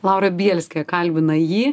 laura bielskė kalbina jį